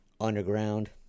underground